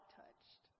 touched